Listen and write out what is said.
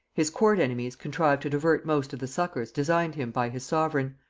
his court enemies contrived to divert most of the succours designed him by his sovereign,